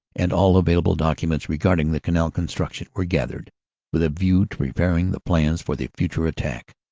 and all available documents regarding the canal construction were gathered with a view to preparing the plans for the future attack.